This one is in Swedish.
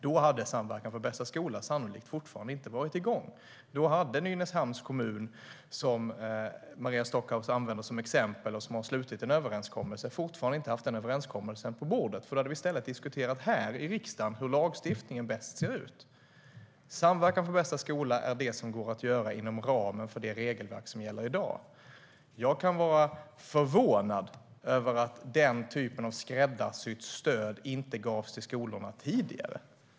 Då hade Samverkan för bästa skola sannolikt fortfarande inte varit igång. Då hade Nynäshamns kommun, som Maria Stockhaus använder som exempel och som har slutit en överenskommelse, fortfarande inte haft den överenskommelsen på bordet. Då hade vi i stället här i riksdagen diskuterat hur lagstiftningen bäst ser ut. Samverkan för bästa skola är det som kan göras inom ramen för det regelverk som gäller i dag. Jag kan vara förvånad över att den typen av skräddarsytt stöd inte gavs till skolorna tidigare.